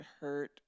hurt